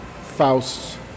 Faust